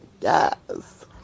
yes